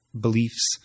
beliefs